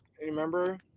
Remember